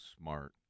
smart